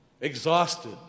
exhausted